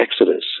Exodus